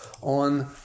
on